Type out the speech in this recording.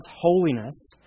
holiness